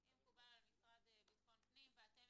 אם מקובל על המשרד לביטחון הפנים ואתם